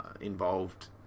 involved